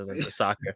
soccer